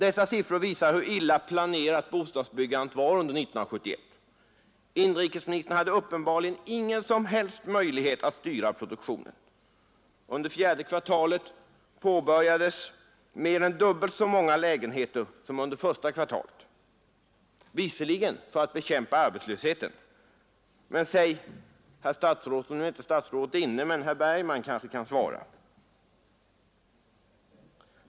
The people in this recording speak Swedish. Dessa siffror visar hur illa planerat bostadsbyggandet var under 1971. Inrikesministern hade uppenbarligen ingen som helst möjlighet att styra produktionen. Under fjärde kvartalet påbörjades mer än dubbelt så många lägenheter som under första kvartalet. Visserligen skedde detta för att bekämpa arbetslösheten. Statsrådet är inte inne nu, men herr Bergman kanske kan svara.